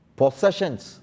possessions